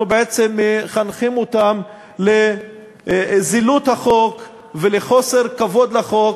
אנחנו בעצם מחנכים אותם לזילות החוק ולחוסר כבוד לחוק.